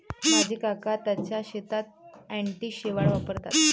माझे काका त्यांच्या शेतात अँटी शेवाळ वापरतात